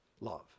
love